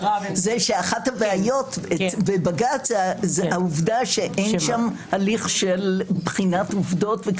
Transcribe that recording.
אחת הבעיות בבג"צ זאת העובדה שאין שם הליך של בחינת עובדות.